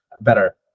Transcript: better